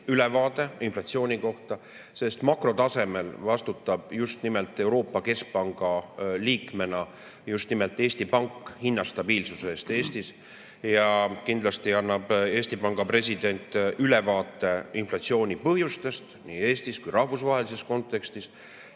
ülevaade inflatsioonist, sest makrotasemel vastutab Euroopa Keskpanga liikmena just nimelt Eesti Pank hinnastabiilsuse eest Eestis. Kindlasti annab Eesti Panga president ülevaate inflatsiooni põhjustest nii Eestis kui rahvusvahelises kontekstis